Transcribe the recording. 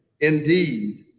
indeed